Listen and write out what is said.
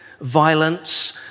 violence